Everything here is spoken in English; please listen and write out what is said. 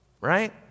Right